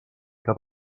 que